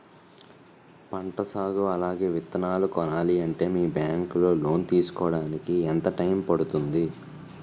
పంట సాగు అలాగే విత్తనాలు కొనాలి అంటే మీ బ్యాంక్ లో లోన్ తీసుకోడానికి ఎంత టైం పడుతుంది?